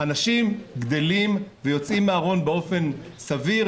אנשים גדלים ויוצאים מן הארון באופן סביר.